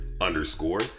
underscore